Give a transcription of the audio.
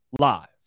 live